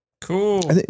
Cool